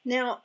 Now